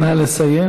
נא לסיים.